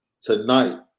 Tonight